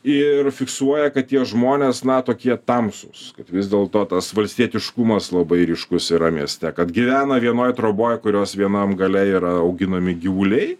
ir fiksuoja kad tie žmonės na tokie tamsūs kad vis dėl to tas valstietiškumas labai ryškus yra mieste kad gyvena vienoj troboj kurios vienam gale yra auginami gyvuliai